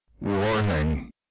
Warning